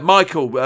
Michael